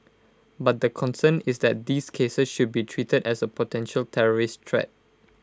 but the concern is that these cases should be treated as A potential terrorist threat